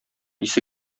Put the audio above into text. исе